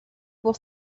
pour